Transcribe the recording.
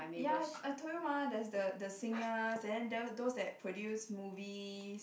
ya I I told you mah there's the the singer and then those that produce movies